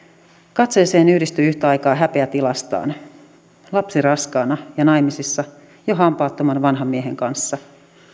katseeseen yhdistyi yhtä aikaa häpeä tilastaan lapsi raskaana ja naimisissa jo hampaattoman vanhan miehen kanssa